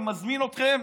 אני מזמין אתכם